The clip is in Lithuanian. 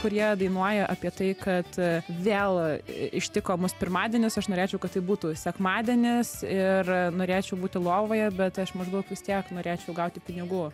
kur jie dainuoja apie tai kad vėl ištiko mus pirmadienis aš norėčiau kad tai būtų sekmadienis ir norėčiau būti lovoje bet aš maždaug vis tiek norėčiau gauti pinigų